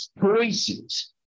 choices